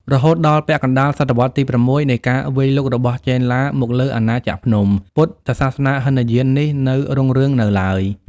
រហូតដល់ពាក់កណ្តាលសតវត្សទី៦ នៃការវាយលុករបស់ចេនឡាមកលើអាណាចក្រភ្នំ ពុទ្ធសាសនាហីនយាននេះនៅរុងរឿងនៅឡើយ ។